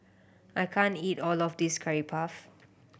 I can't eat all of this Curry Puff